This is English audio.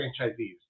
franchisees